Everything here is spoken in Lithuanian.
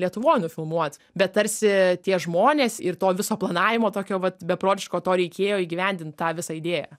lietuvoj nufilmuot bet tarsi tie žmonės ir to viso planavimo tokio va beprotiško to reikėjo įgyvendint tą visą idėją